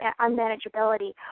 unmanageability